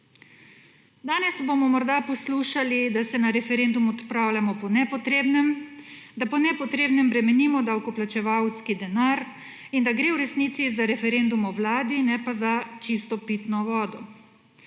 Danes bomo morda poslušali, da se na referendum odpravljamo po nepotrebnem, da po nepotrebnem bremenimo davkoplačevalski denar in da gre v resnici za referendum o vladi ne pa za čisto pitno vodo.